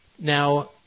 now